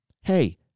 Hey